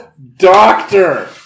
Doctor